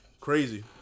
crazy